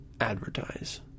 advertise